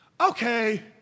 Okay